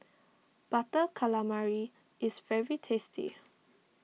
Butter Calamari is very tasty